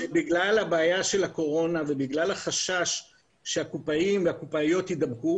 -- בגלל הבעיה של הקורונה ובגלל החשש שהקופאים וקופאיות יידבקו